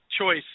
choice